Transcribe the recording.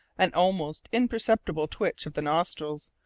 an almost imperceptible twitch of the nostrils,